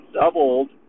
doubled